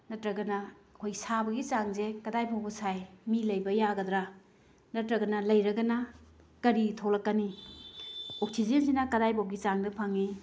ꯅꯠꯇ꯭ꯔꯒꯅ ꯑꯩꯈꯣꯏ ꯁꯥꯕꯒꯤ ꯆꯥꯡꯁꯦ ꯀꯗꯥꯏꯐꯥꯎꯕ ꯁꯥꯏ ꯃꯤ ꯂꯩꯕ ꯌꯥꯒꯗ꯭ꯔꯥ ꯅꯠꯇ꯭ꯔꯒꯅ ꯂꯩꯔꯒꯅ ꯀꯔꯤ ꯊꯣꯛꯂꯛꯀꯅꯤ ꯑꯣꯛꯁꯤꯖꯦꯟꯖꯤꯅ ꯀꯗꯥꯏꯕꯣꯛꯀꯤ ꯆꯥꯡꯗ ꯐꯪꯏ